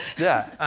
yeah,